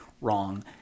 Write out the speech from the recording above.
wrong